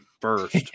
first